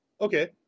Okay